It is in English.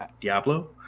Diablo